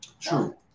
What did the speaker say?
True